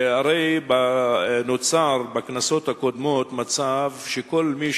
הרי נוצר בכנסות הקודמות מצב שכל מי